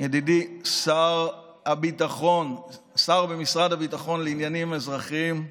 ידידי השר במשרד הביטחון לעניינים אזרחיים,